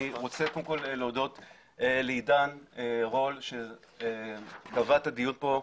אני רוצה להודות לעידן רול שגבה את הדיון פה.